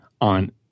on